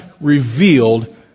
revealed